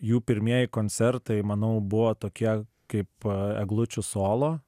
jų pirmieji koncertai manau buvo tokie kaip eglučių solo